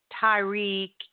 tyreek